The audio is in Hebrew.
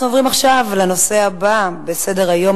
אנחנו עוברים לנושא הבא בסדר-היום.